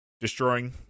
destroying